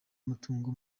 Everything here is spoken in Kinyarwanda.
amatungo